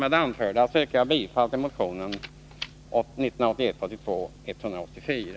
Med det anförda yrkar jag bifall till motionen 1981/ 82:184.